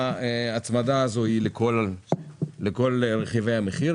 ההצמדה הזאת היא לכל רכיבי המחיר,